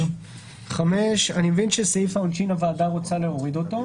אני מבין שהוועדה רוצה להוריד את סעיף העונשין.